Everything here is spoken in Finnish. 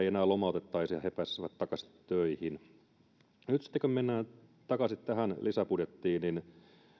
enää lomautettaisi ja he pääsisivät takaisin töihin mennään takaisin tähän lisäbudjettiin